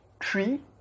Three